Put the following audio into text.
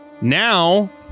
Now